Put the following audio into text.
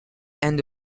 end